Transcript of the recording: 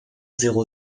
zéro